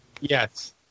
Yes